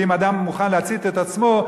ואם אדם מוכן להצית את עצמו,